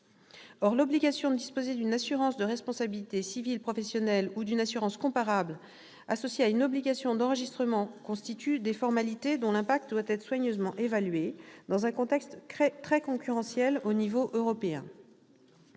Or l'obligation de disposer d'une assurance de responsabilité civile professionnelle ou d'une assurance comparable associée à une obligation d'enregistrement engendre des formalités dont l'impact doit être soigneusement évalué, dans un contexte très concurrentiel au niveau européen.